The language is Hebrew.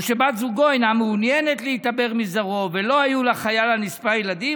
"או שבת זוגו אינה מעוניינת להתעבר מזרעו ולא היו לחייל הנספה ילדים,